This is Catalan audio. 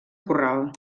corral